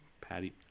patty